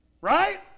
Right